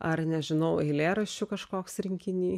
ar nežinau eilėraščių kažkoks rinkiny